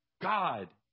God